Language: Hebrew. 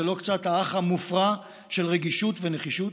זה לא קצת האח המופרע של 'רגישות ונחישות'".